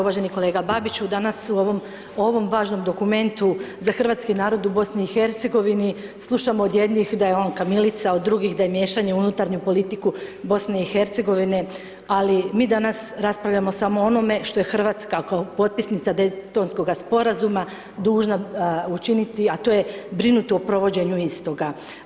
Uvaženi kolega Babiću, danas u ovom važnom dokumentu za Hrvatski narodu u BIH, slušamo od jednih da je on kamilica od drugih da je miješanje u unutarnju politiku BIH ali, mi danas raspravljamo samo o onome što je Hrvatska kao potpisnica Dejtonskoga sporazuma dužna učiniti a to je brinuti o provođenju istoga.